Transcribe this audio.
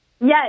Yes